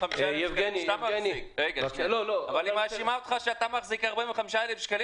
היא מאשימה אותך שאתה מחזיק 45,000 שקלים